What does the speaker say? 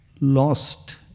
lost